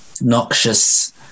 noxious